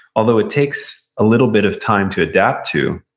although it takes a little bit of time to adapt to,